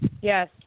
Yes